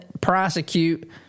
prosecute